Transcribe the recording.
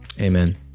Amen